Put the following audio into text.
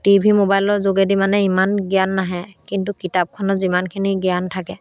T V মোবাইলৰ যোগেদি মানে ইমান জ্ঞান নাহে কিন্তু কিতাপখনত যিমানখিনি জ্ঞান থাকে